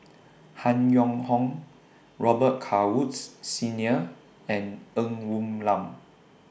Han Yong Hong Robet Carr Woods Senior and Ng Woon Lam